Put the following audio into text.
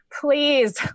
Please